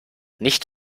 nicht